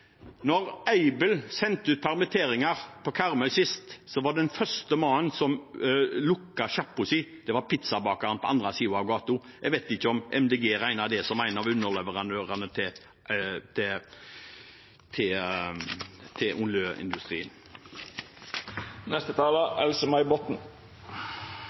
sendte ut permitteringsvarsler på Karmøy sist, var den første mannen som lukket sjappa si, pizzabakeren på den andre siden av gaten. Jeg vet ikke om Miljøpartiet De Grønne regner det som en av underleverandørene til